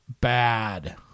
bad